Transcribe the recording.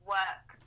work